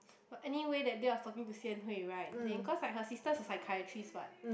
but anyway that day I was talking to Sian-Hui right than cause like her sister's a psychiatrist what